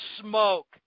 smoke